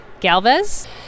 Galvez